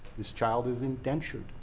this child is indentured.